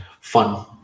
fun